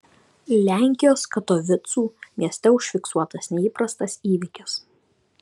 lenkijos katovicų mieste užfiksuotas neįprastas įvykis